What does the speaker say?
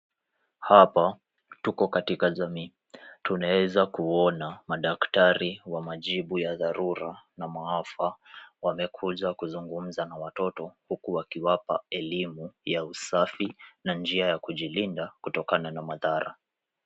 Hapa tuko katika jamii. Tunaeza kuona madaktari wa majibu ya dharura na maafa wamekuja kuzungumza na watoto, huku wakiwapa elimu ya usafi na njia ya kujilinda kutokana na maafa.